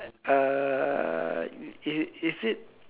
uh is is it